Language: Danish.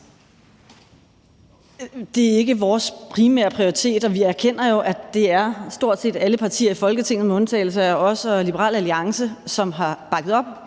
Det er ikke vores primære prioritet, og vi erkender jo, at det stort set er alle partier i Folketinget med undtagelse af os og Liberal Alliance, som har bakket op